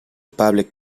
public